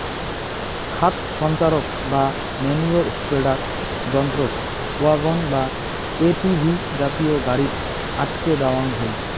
খাদ সঞ্চারক বা ম্যনিওর স্প্রেডার যন্ত্রক ওয়াগন বা এ.টি.ভি জাতীয় গাড়িত আটকে দ্যাওয়াং হই